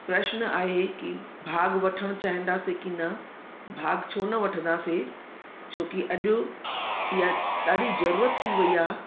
प्रशन आहे की भाग वठणु चाहींदासीं की न भाग छो न वठंदासीं छोकी अॼु इहा ॾाढी ज़रूरत थी वई आहे